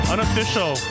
Unofficial